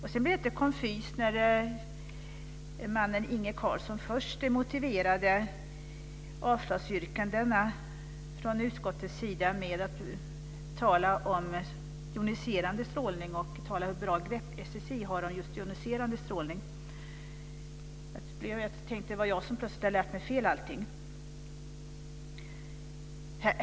Jag blev lite konfys när Inge Carlsson först motiverade avslagsyrkandena från utskottets sida med att tala om joniserande strålning och om hur bra grepp SSI har om just joniserande strålning. Jag tänkte plötsligt att det var jag som hade lärt mig allting fel.